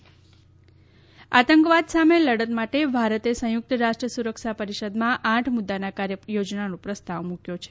જયશંકર આતંકવાદ આતંકવાદ સામે લડત માટે ભારતે સંયુક્ત રાષ્ટ્ર સુરક્ષા પરિષદમાં આઠ મુદ્દાની કાર્યયોજનાનો પ્રસ્તાવ મુક્યો છે